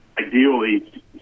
ideally